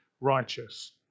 righteous